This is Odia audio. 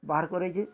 ବାହାର କରେଇଛି